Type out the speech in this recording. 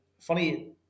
funny